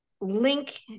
link